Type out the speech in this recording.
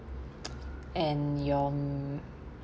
and your mm